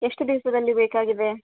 ಎಷ್ಟು ದಿವಸದಲ್ಲಿ ಬೇಕಾಗಿದೆ